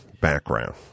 background